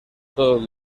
todos